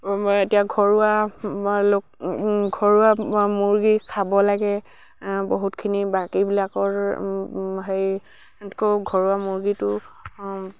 এতিয়া ঘৰুৱা ঘৰুৱা মুৰ্গী খাব লাগে বহুতখিনি বাকীবিলাকৰ হেৰিকৈ ঘৰুৱা মুৰ্গীটো